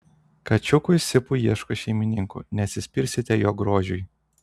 kačiukui sipui ieško šeimininkų neatsispirsite jo grožiui